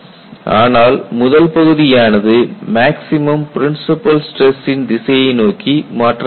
ஆனால் முதல் பகுதி ஆனது மேக்ஸிமம் பிரின்ஸிபல் ஸ்டிரஸ்சின் திசையை நோக்கி மாற்றம் அடைகிறது